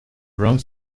wrong